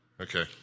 okay